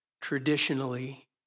traditionally